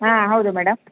ಹಾಂ ಹೌದು ಮೇಡಮ್